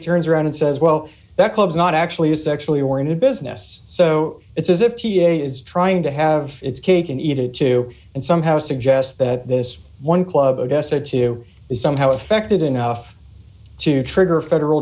turns around and says well that clubs not actually a sexually oriented business so it's as if he is trying to have its cake and eat it too and somehow suggest that this one club odessa to is somehow affected enough to trigger a federal